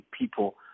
people